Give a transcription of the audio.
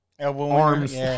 arms